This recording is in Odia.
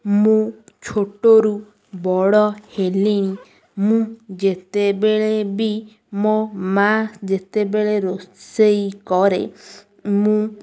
ମୁଁ ଛୋଟରୁ ବଡ଼ ହେଲିଣି ମୁଁ ଯେତେବେଳେ ବି ମୋ ମା' ଯେତେବେଳେ ରୋଷେଇ କରେ ମୁଁ